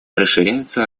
расширяются